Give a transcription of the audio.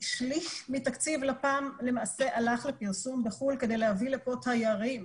שליש מתקציב לפ"מ למעשה הלך לפרסום בחו"ל כדי להביא לפה תיירים,